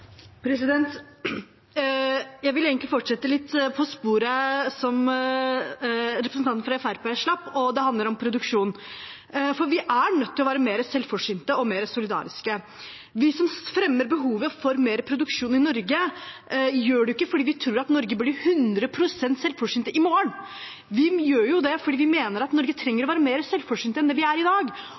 Jeg vil egentlig fortsette litt der representanten fra Fremskrittspartiet slapp, i samme spor, og det handler om produksjon, for vi er nødt til å være mer selvforsynte og mer solidariske. Vi som fremmer behovet for mer produksjon i Norge, gjør det ikke fordi vi tror Norge blir 100 pst. selvforsynt i morgen. Vi gjør det fordi vi mener at Norge trenger å være mer selvforsynt enn det vi er i dag.